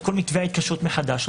כל מתווה ההתקשרות מחדש.